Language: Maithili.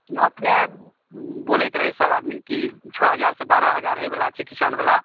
कि अपने बोलैत रहै सभआदमी कि छओ हजारसे बारह हजार होइवला छै किसानवला